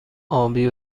آبی